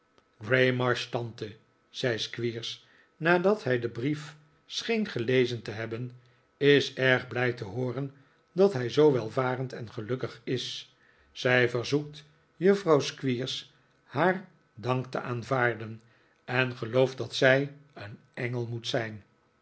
tante zei squeers nadat hij den brief scheen gelezen te hebben is erg blij te hooren dat hij zoo welvarend en gelukkig is zij verzoekt juffrouw squeers haar dank te aanvaarden en geloof t dat zij een engel moet zijn